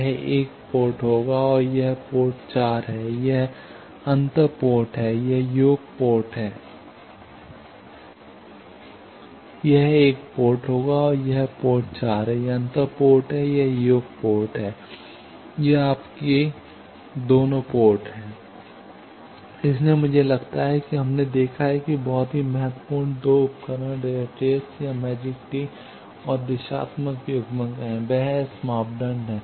यह एक 1 पोर्ट होगा और यह पोर्ट 4 है यह अंतर पोर्ट है यह योग पोर्ट है ये दोनों आपके 2 हैं इसलिए मुझे लगता है कि हमने देखा है बहुत ही महत्वपूर्ण 2 उपकरण रैट रेस या मैजिक टी और दिशात्मक युग्मक हैं वे एस मापदंड हैं